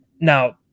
Now